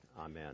Amen